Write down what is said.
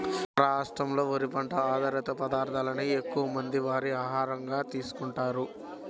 మన రాష్ట్రంలో వరి పంట ఆధారిత పదార్ధాలనే ఎక్కువమంది వారి ఆహారంగా తీసుకుంటున్నారు